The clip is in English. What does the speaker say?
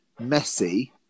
Messi